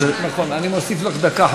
אני מוסיף לך דקה,